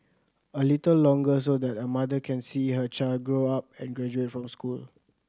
a little longer so that a mother can see her child grow up and graduate from school